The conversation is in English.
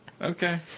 Okay